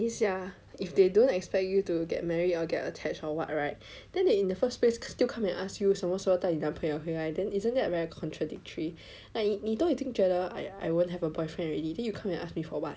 等一下 if they don't expect you to get married or get attached or [what] right then they in the first place still come and ask you 什么时候带你朋友回来 then isn't that very contradictory like you 你都已经觉得 like !aiya! I won't have a boyfriend already then you come and ask me for [what]